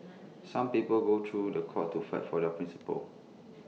some people go to The Court to fight for their principles